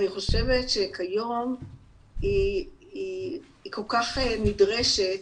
ואני חושבת שכיום היא כל כך נדרשת,